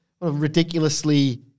ridiculously